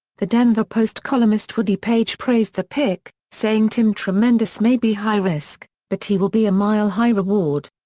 the denver post columnist woody paige praised the pick, saying tim tremendous may be high risk, but he will be a mile high reward.